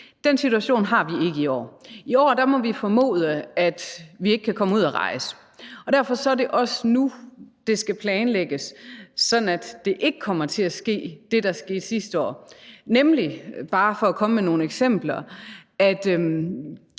Den situation har vi ikke i år. I år må vi formode, at vi ikke kan komme ud at rejse, og derfor er det også nu, det skal planlægges, sådan at der ikke kommer til at ske det, der skete sidste år, nemlig at caféejerne på Samsø – for bare at komme med nogle eksempler –